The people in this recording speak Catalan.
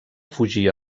fugir